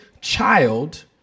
child